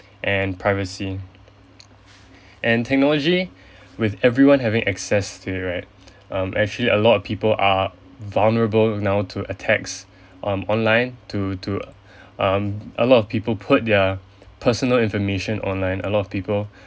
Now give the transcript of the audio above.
and privacy and technology with everyone having access to it right um actually a lot of people are vulnerable now to attacks um online to to um a lot of people put their personal information online a lot of people